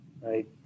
right